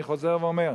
ואני חוזר ואומר,